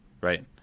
right